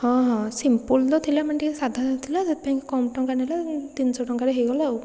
ହଁ ହଁ ସିମ୍ପଲ ତ ଥିଲା ମାନେ ଟିକିଏ ସାଧା ଥିଲା ସେଥିପାଇଁ କି କମ ଟଙ୍କା ନେଲା ତିନିଶହ ଟଙ୍କାରେ ହେଇଗଲା ଆଉ